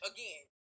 Again